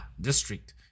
district